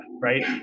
right